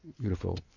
beautiful